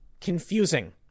confusing